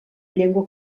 llengua